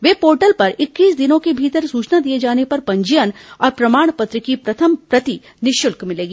web portal पर इक्कीस दिनों के भीतर सूचना दिए जाने पर पंजीयन और प्रमाण पत्र की प्रथम प्रति निःशुल्क मिलेगी